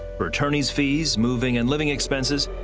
her attorneys' fees, moving and living expenses,